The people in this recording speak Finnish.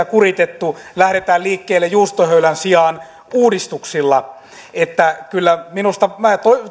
kuritettu lähdetään liikkeelle juustohöylän sijaan uudistuksilla että kyllä minä